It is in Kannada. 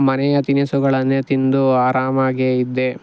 ಮನೆಯ ತಿನಿಸುಗಳನ್ನೇ ತಿಂದು ಆರಾಮಾಗೇ ಇದ್ದೆ